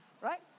right